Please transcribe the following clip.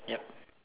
yup